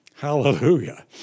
Hallelujah